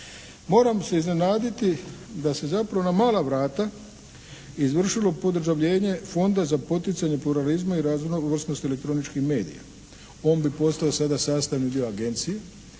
Moram se iznenaditi da se zapravo na mala vrata izvršilo podržavljenje Fonda za poticanje pluralizma i raznovrsnosti elektroničkih medija. On bi postao sada sastavni dio agencije